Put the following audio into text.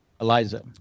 Eliza